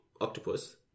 octopus